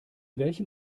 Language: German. welchem